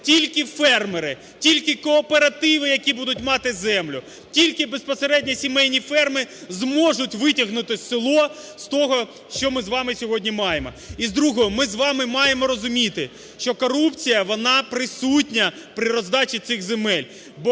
Тільки фермери, тільки кооперативи, які будуть мати землю, тільки безпосередньо сімейні ферми зможуть витягнути село з того, що ми з вами сьогодні маємо. І з другого, ми з вами маємо розуміти, що корупція вона присутня при роздачі цих земель,